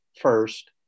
first